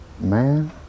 man